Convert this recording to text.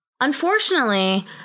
Unfortunately